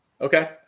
Okay